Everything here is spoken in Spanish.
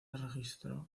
registró